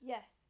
Yes